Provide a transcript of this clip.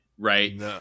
Right